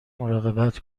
مراقبت